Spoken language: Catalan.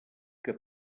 que